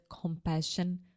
compassion